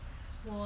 you got